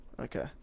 Okay